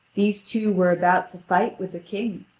these two were about to fight with the king,